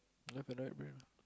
left and right brain